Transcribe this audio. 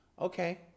okay